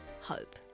hope